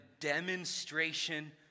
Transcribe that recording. demonstration